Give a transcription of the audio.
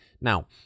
Now